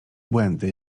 błędy